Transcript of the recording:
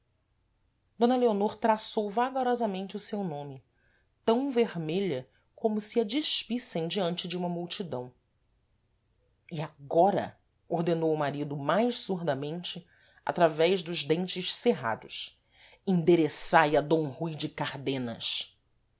d leonor traçou vagarosamente o seu nome tam vermelha como se a despissem diante de uma multidão e agora ordenou o marido mais surdamente através dos dentes cerrados endereçai a d rui de cardenas